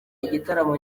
igitaramo